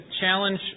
challenge